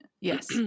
Yes